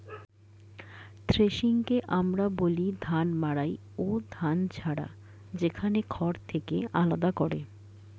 থ্রেশিংকে আমরা বলি ধান মাড়াই ও ধান ঝাড়া, যেখানে খড় থেকে আলাদা করে